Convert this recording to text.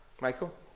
Michael